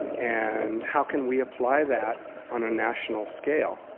and how can we apply that on a national scale?